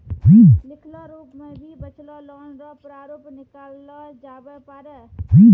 लिखलो रूप मे भी बचलो लोन रो प्रारूप निकाललो जाबै पारै